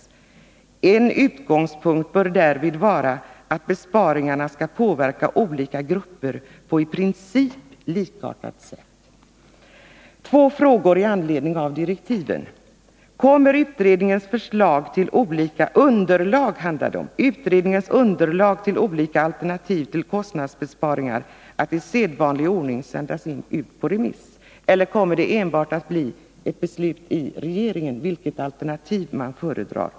En utgångspunkt bör därvid vara att besparingarna skall påverka olika grupper på i princip likartat sätt.” Kommer utredningens underlag för olika alternativ till kostnadsbesparingar att i sedvanlig ordning sändas ut på remiss, eller kommer det enbart att bli ett beslut i regeringen baserat på det alternativ man föredrar?